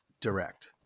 direct